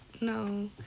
no